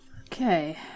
Okay